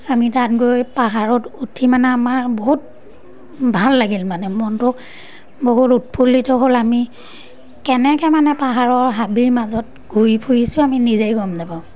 আমি তাত গৈ পাহাৰত উঠি মানে আমাৰ বহুত ভাল লাগিল মানে মনটো বহুত উৎফুল্লিত হ'ল আমি কেনেকৈ মানে পাহাৰৰ হাবিৰ মাজত ঘূৰি ফুৰিছোঁ আমি নিজেই গম নাপাওঁ